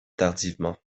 tardivement